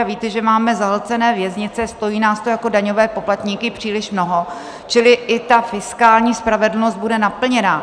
A vy víte, že máme zahlcené věznice, stojí nás to jako daňové poplatníky příliš mnoho, čili i ta fiskální spravedlnost bude naplněna.